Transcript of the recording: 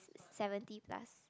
seventy plus